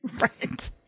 Right